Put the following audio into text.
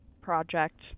project